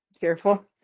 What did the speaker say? Careful